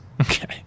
Okay